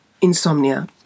insomnia